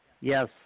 Yes